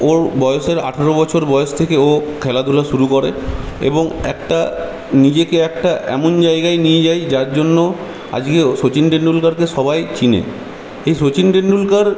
ওর বয়সের আঠারো বছর বয়স থেকে ও খেলাধুলা শুরু করে এবং একটা নিজেকে একটা এমন জায়গায় নিয়ে যায় যার জন্য আজকেও সচিন টেন্ডুলকারকে সবাই চেনে এই সচিন টেন্ডুলকার